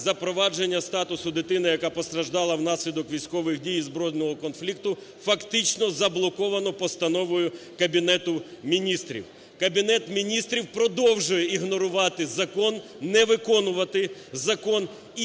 запровадження статусу дитини, яка постраждала внаслідок військових дій і збройного конфлікту, фактично заблоковано постановою Кабінету Міністрів. Кабінет Міністрів продовжує ігнорувати закон, не виконувати закон і,